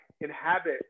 inhabit